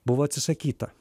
buvo atsisakyta